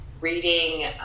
reading